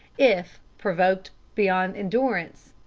if, provoked beyond endurance,